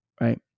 right